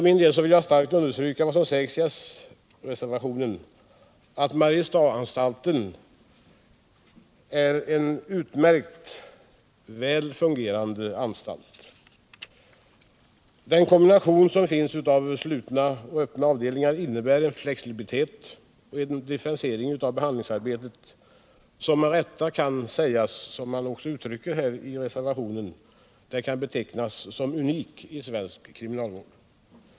Jag vill starkt understryka, som sägs i s-reservationen, att Mariestadsanstalten är en utmärkt väl fungerande anstalt. Den kombination som finns av slutna och öppna avdelningar innebär en flexibilitet och differentiering av behandlingsarbetet som med rätta kan — vilket också uttrycks i reservationen — betecknas som något unikt i svensk krininalvård.